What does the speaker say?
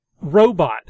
robot